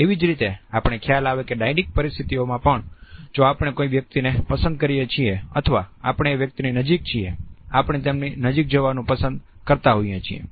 એવી જ રીતે આપણે ખ્યાલ આવે કે ડાયડિક પરિસ્થિતિઓમાં પણ જો આપણે કોઈ વ્યક્તિને પસંદ કરીએ છીએ અથવા આપણે એ વ્યક્તિની નજીક છીએ આપણે તેમની નજીક જવાનું પસંદ કરતા હોઈએ છીએ